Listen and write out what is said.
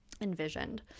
envisioned